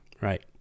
Right